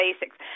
basics